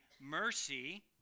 mercy